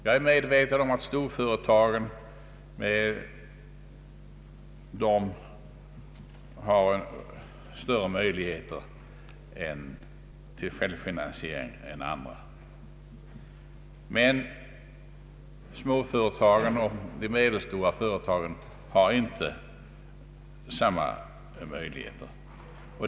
Jag är medveten om att stora företag har rätt goda möjligheter till självfinansiering och därför klarar sig relativt väl, men småföretagen och de medelstora företagen har inte samma möjligheter.